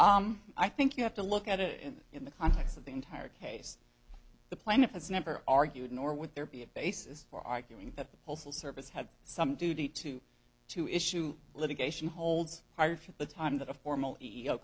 well i think you have to look at it in the context of the entire case the plaintiff has never argued nor would there be a basis for arguing that the postal service had some duty to to issue litigation holds higher for the time that a formal